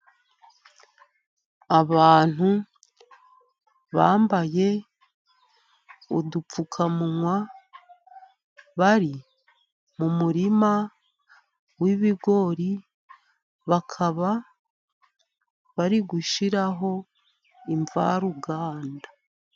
Abantu bambaye udupfukamunwa, bari mu murima w'ibigori, bakaba bari gushyiraho imvaruganda.